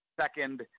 Second